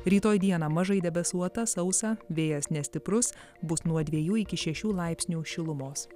rytoj dieną mažai debesuota sausa vėjas nestiprus bus nuo dviejų iki šešių laipsnių šilumos